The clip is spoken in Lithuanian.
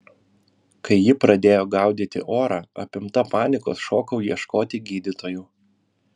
kai ji pradėjo gaudyti orą apimta panikos šokau ieškoti gydytojų